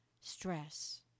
stress